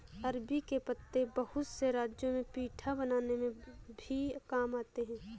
अरबी के पत्ते बहुत से राज्यों में पीठा बनाने में भी काम आते हैं